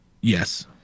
yes